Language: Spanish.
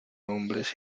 hombres